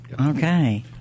Okay